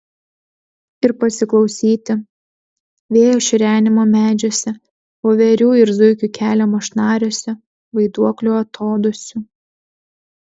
ir pasiklausyti vėjo šiurenimo medžiuose voverių ir zuikių keliamo šnaresio vaiduoklių atodūsių